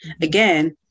again